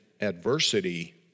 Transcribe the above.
adversity